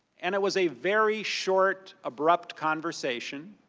and it was a very short, abrupt conversation.